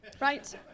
right